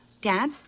Dad